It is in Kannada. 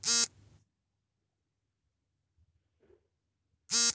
ರಸಗೊಬ್ಬರದಲ್ಲಿನ ಮುಖ್ಯವಾದ ರಸಗೊಬ್ಬರಗಳನ್ನು ಹೆಸರಿಸಿ?